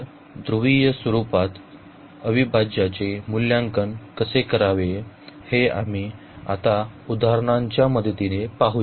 तर ध्रुवीय स्वरूपात अविभाज्यांचे मूल्यांकन कसे करावे हे आम्ही आता उदाहरणांच्या मदतीने पाहू